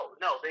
no